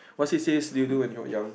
what he says he'll do when he were young